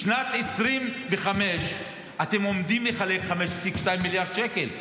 בשנת 2025 אתם עומדים לחלק 5.2 מיליארד שקל.